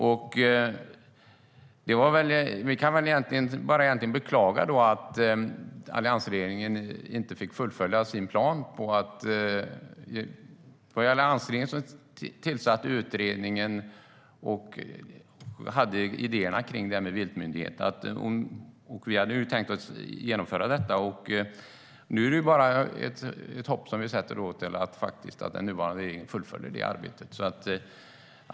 Vi kan bara beklaga att alliansregeringen inte fick fullfölja sin plan. Det var alliansregeringen som tillsatte utredningen och hade idéerna om en viltmyndighet. Vi hade tänkt genomföra detta. Nu sätter vi vårt hopp till att den nuvarande regeringen fullföljer det arbetet.